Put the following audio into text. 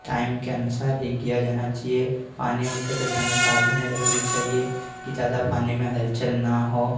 time के अनुसार यह किया जाना चिए पानी होते तो समय सावधानी रखनी चाहिए कि ज़्यादा पानी में हलचल ना हो